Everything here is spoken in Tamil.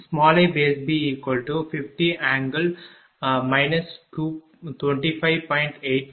5 மற்றும் iB50∠ 25